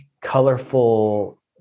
colorful